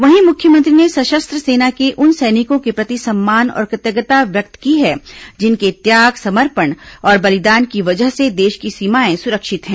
वहीं मुख्यमंत्री ने सशस्त्र सेना के उन सैनिकों के प्रति सम्मान और कृतज्ञता व्यक्त की है जिनके त्याग समर्पण और बलिदान की वजह से देश की सीमाएं सुरक्षित हैं